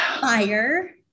Fire